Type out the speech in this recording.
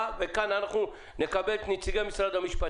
האזרחית במשרד התחבורה והבטיחות בדרכים." אני מציע שכאן נעצור.